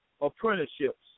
apprenticeships